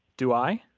do i?